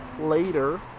later